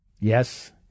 Yes